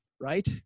Right